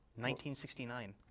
1969